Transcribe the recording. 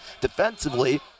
defensively